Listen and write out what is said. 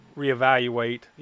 reevaluate